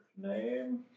Name